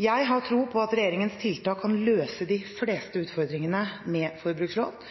Jeg har tro på at regjeringens tiltak kan løse de fleste utfordringene med forbrukslån,